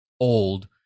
old